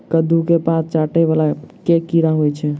कद्दू केँ पात चाटय वला केँ कीड़ा होइ छै?